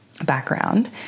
background